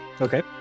Okay